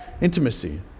intimacy